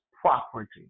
property